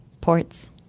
ports